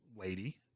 lady